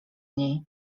niej